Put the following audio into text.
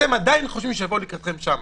אתם עדיין חושבים שיבואו לקראתכם שם.